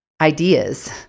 ideas